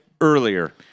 earlier